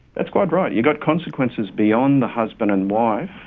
that's quite right. you've got consequences beyond the husband and wife,